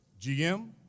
GM